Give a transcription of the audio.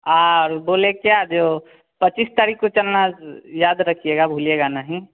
और बोलें क्या जो पच्चीस तारीख़ को चलना याद रखिएगा भूलिएगा नहीं